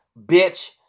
bitch